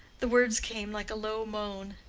the words came like a low moan.